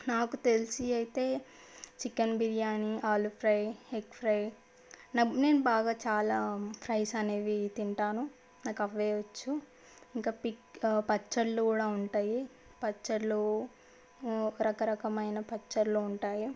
నాకు తెలిసి అయితే chicken biryani aloo fry egg fry నాకు నేను చాలా బాగా రైస్ అనేవి తింటాను నాకు అవే వచ్చు ఇంకా పిక్ పచ్చళ్ళు కూడా ఉంటాయి పచ్చళ్ళు రకరకమైన పచ్చళ్ళు ఉంటాయి